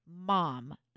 mom